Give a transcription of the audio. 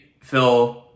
Phil